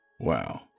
Wow